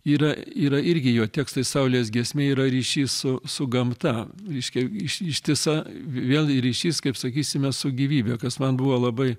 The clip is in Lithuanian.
yra yra irgi jo tekstai saulės giesmė yra ryšys su su gamta reiškia iš ištisa vėl ryšys kaip sakysime su gyvybe kas man buvo labai